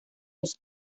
los